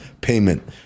payment